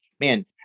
man